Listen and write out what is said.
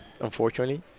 unfortunately